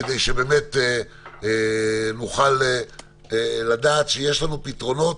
כדי שנוכל לדעת שיש לנו פתרונות